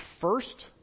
first